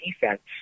defense